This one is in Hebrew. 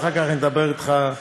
ואחר כך אני אדבר אתך.